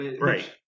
right